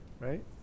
Right